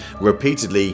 repeatedly